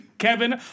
Kevin